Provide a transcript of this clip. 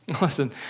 Listen